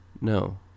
No